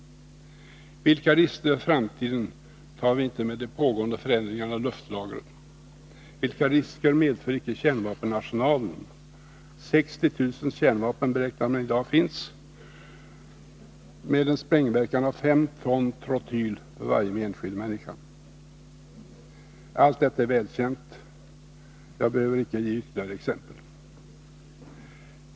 Vilka risker för framtiden tar vi inte med de pågående förändringarna av luftlagren! Och vilka risker medför inte kärnvapenarsenalen! Man beräknar att det i dag finns 60 000 kärnvapen med en sprängverkan av 5 ton trotyl för varje enskild människa. Allt detta är välkänt; jag behöver inte ge ytterligare exempel.